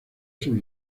sus